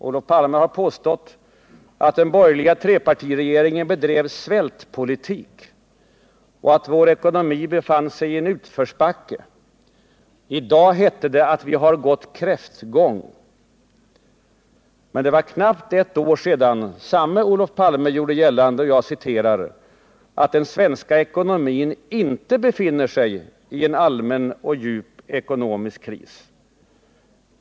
Olof Palme har påstått att den borgerliga trepartiregeringen bedrev ”svältpolitik” och att vår ekonomi befann sig i en utförsbacke. I dag hette det att vi har ”gått kräftgång”. För knappt ett år sedan gjorde samme Olof Palme gällande att ”den svenska ekonomin inte befinner sig i en allmän och djup ekonomisk kris”.